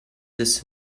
this